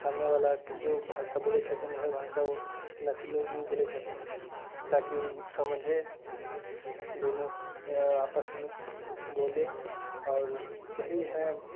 सामने बला जो भाषा बोलै छथिन ओहै भाषा ओ मैथिल लोग भी बोलै छथिन ताकि ओ समझै दुनू आपसमे बोलै आओर यही है